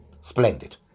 Splendid